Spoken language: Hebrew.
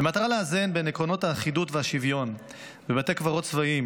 במטרה לאזן בין עקרונות האחידות והשוויון בבתי קברות צבאיים